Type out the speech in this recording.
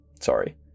Sorry